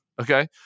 Okay